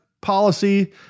policy